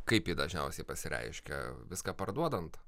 kaip ji dažniausiai pasireiškia viską parduodant